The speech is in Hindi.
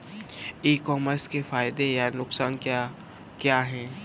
ई कॉमर्स के फायदे या नुकसान क्या क्या हैं?